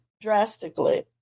drastically